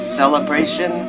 celebration